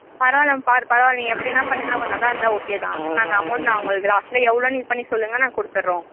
பரவாயில பார் பரவாயில்ல நீங்கள் எப்படி வேணா பண்ணுங்க கொஞ்சம் நல்லா இருந்தால் ஓகே தான் நாங்கள் அமௌண்ட் நான் உங்களுக்கு லாஸ்ட்ல எவ்வளோன்னு இது பண்ணி சொல்லுங்கள் நாங்கள் கொடுத்துறோம்